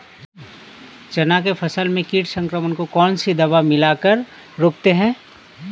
चना के फसल में कीट संक्रमण को कौन सी दवा मिला कर रोकते हैं?